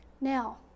Now